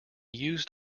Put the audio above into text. used